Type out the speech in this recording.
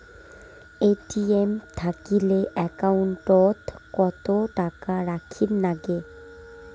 ATM থাকিলে account ওত কত টাকা রাখীর নাগে?